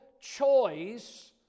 choice